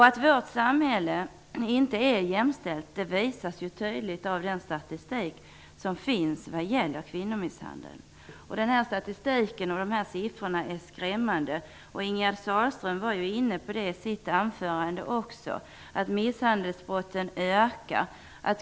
Att vårt samhälle inte är jämställt visas tydligt av den statistik som finns över kvinnomisshandel. Siffrorna i den här statistiken är skrämmande. Ingegerd Sahlström var i sitt anförande också inne på att misshandelsbrotten ökar.